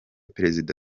perezida